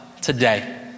today